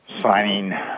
signing